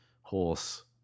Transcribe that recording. horse